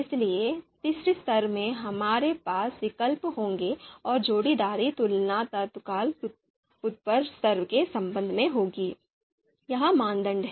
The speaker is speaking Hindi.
इसलिए तीसरे स्तर में हमारे पास विकल्प होंगे और जोड़ीदार तुलना तत्काल ऊपरी स्तर के संबंध में होगी यही मानदंड है